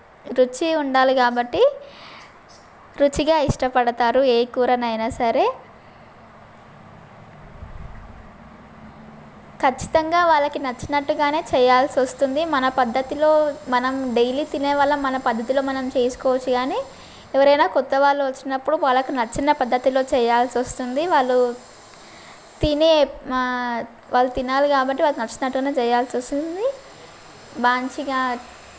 రుచి ఉండాలి కాబట్టి రుచిగా ఇష్టపడతారు ఏ కూరనైనా సరే ఖచ్చితంగా వాళ్ళకి నచ్చినట్టుగానే చేయాల్సి వస్తుంది మన పద్ధతిలో మనం డైలీ తినేవాళ్ళ మన పద్ధతిలో మనం తీసుకోవచ్చు కానీ ఎవరైనా క్రొత్త వాళ్ళు వచ్చినప్పుడు వాళ్ళకు నచ్చిన పద్ధతిలో చేయాల్సి వస్తుంది వాళ్ళు తినే వాళ్ళు తినాలి కాబట్టి వాళ్ళకి నచ్చినట్టుగానే చేయాల్సి వస్తుంది మంచిగా